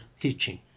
teaching